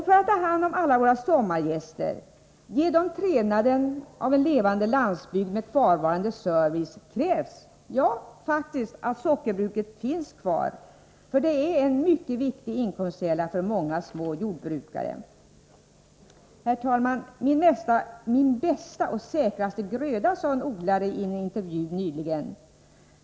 För att ta hand om alla våra sommargäster, ge dem trevnaden av en levande landsbygd med kvarvarande service krävs — faktiskt — att sockerbruket finns kvar. Det är en mycket viktig inkomstkälla för många små jordbrukare. Herr talman! Min bästa och säkraste gröda, sade en odlare i en intervju nyligen.